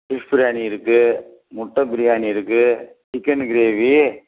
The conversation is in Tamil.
ஃபிஷ் பிரியாணி இருக்குது முட்டை பிரியாணி இருக்குது சிக்கன் க்ரேவி